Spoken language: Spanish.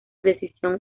decisión